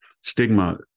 stigma